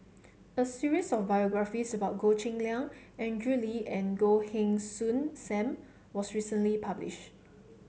a series of biographies about Goh Cheng Liang Andrew Lee and Goh Heng Soon Sam was recently published